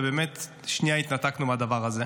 ובאמת שנייה התנתקנו מהדבר הזה.